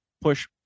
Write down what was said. push